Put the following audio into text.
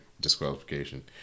disqualification